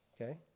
okay